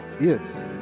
Yes